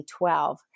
2012